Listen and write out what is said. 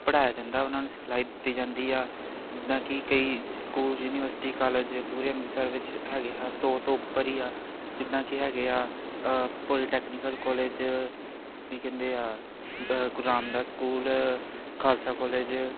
ਪੜ੍ਹਾਇਆ ਜਾਂਦਾ ਉਹਨਾਂ ਨੂੰ ਸਿਖਲਾਈ ਦਿੱਤੀ ਜਾਂਦੀ ਆ ਜਿੱਦਾਂ ਕਿ ਕਈ ਸਕੂਲ ਯੂਨੀਵਰਸਿਟੀ ਕਾਲਜ ਪੂਰੇ ਅੰਮ੍ਰਿਤਸਰ ਵਿੱਚ ਹੈਗੇ ਹਾ ਸੌ ਤੋਂ ਉੱਪਰ ਹੀ ਆ ਜਿੱਦਾਂ ਕਿ ਹੈਗੇ ਆ ਪੋਲੀਟੈਕਨਿਕਲ ਕੋਲਜ ਕੀ ਕਹਿੰਦੇ ਆ ਗੁਰੂ ਰਾਮਦਾਸ ਸਕੂਲ ਖਾਲਸਾ ਕੋਲਜ